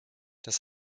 das